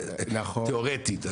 תיאורטית.